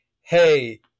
hey